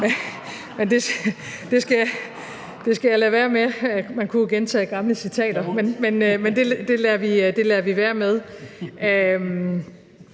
men det skal jeg lade være med. Man kunne jo gentage gamle citater, men det lader vi være med.